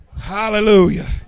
Hallelujah